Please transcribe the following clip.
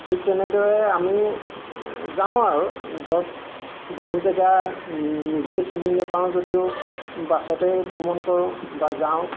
ঠিক তেনেদৰে আমি যাওঁ আৰু ধৰক বহু জেগা নিজেই চিনি নাপাওঁ যদিও বাছতেই ভ্ৰমণ কৰোঁ বা যাওঁ